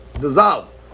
dissolve